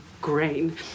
grain